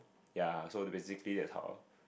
yeah so basically that's how